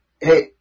hey